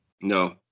no